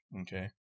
Okay